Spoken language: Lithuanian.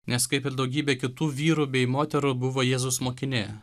nes kaip ir daugybė kitų vyrų bei moterų buvo jėzaus mokinė